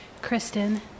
Kristen